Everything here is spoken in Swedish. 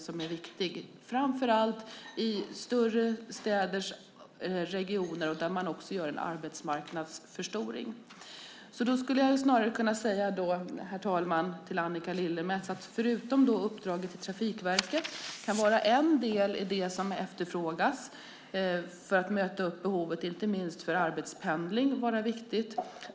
Den är viktig fram för allt i större städers regioner där man också gör en arbetsmarknadsförstoring. Herr talman! Uppdraget till Trafikverket kan vara en del i det som efterfrågas för att möta upp behovet, inte minst för arbetspendling.